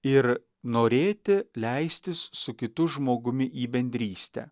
ir norėti leistis su kitu žmogumi į bendrystę